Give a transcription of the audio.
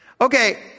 Okay